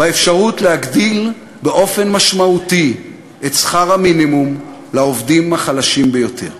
באפשרות להגדיל באופן משמעותי את שכר המינימום לעובדים החלשים ביותר.